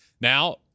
Now